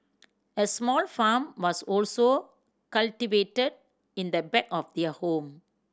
a small farm was also cultivated in the back of their home